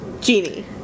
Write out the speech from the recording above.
genie